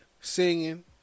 singing